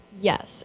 Yes